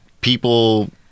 people